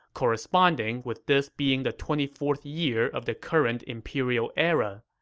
corresponding with this being the twenty fourth year of the current imperial era.